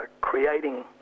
creating